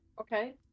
Okay